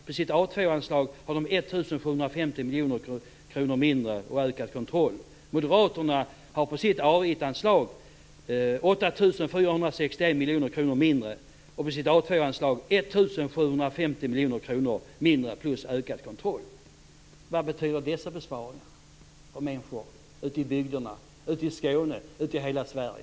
På sitt A 2 anslag har de 1 750 miljoner kronor mindre och ökad kontroll. Moderaterna har på sitt A 1-anslag 8 461 miljoner kronor mindre och på sitt A 2-anslag 1 750 miljoner kronor mindre plus ökad kontroll. Vad betyder dessa besparingar för människor ute i bygderna, ute i Skåne och ute i hela Sverige?